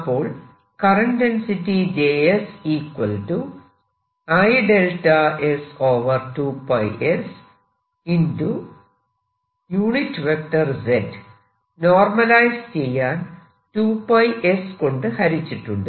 അപ്പോൾ current density normalise ചെയ്യാൻ 2 s കൊണ്ട് ഹരിച്ചിട്ടുണ്ട്